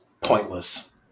pointless